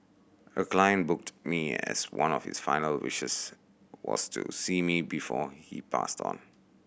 a client booked me as one of his final wishes was to see me before he passed on